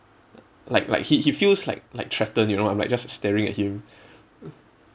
like like he he feels like like threaten you know I'm like just staring at him